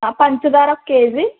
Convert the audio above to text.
పంచదార ఒక కేజీ